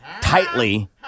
tightly